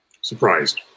surprised